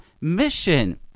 mission